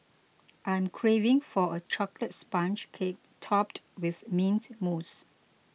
I am craving for a Chocolate Sponge Cake Topped with Mint Mousse